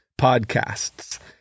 podcasts